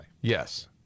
Yes